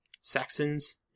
Saxons